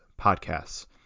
podcasts